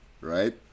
right